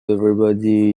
everybody